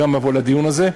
גם אבוא לדיון הזה,